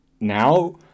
now